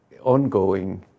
ongoing